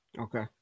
Okay